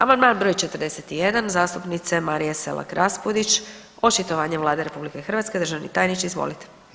Amandman br. 41 zastupnice Marije Selak Raspudić, očitovanje Vlade RH, državni tajniče, izvolite.